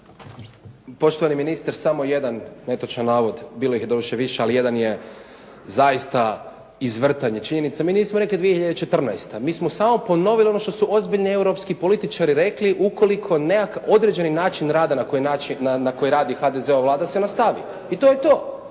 Poštovani ministre, samo jedan netočan navod. Bilo ih je doduše više, ali jedan je zaista izvrtanje činjenice. Mi nismo rekli 2014. Mi smo samo ponovili ono što su ozbiljni europski političari rekli ukoliko nejak određeni način rada na koji radi HDZ-ova Vlada se nastavi. I to je to.